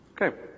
Okay